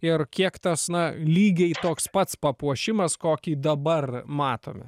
ir kiek tas na lygiai toks pats papuošimas kokį dabar matome